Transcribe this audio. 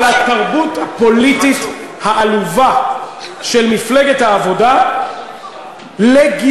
על התרבות הפוליטית העלובה של מפלגת העבודה לגלגוליה.